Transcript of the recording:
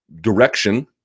direction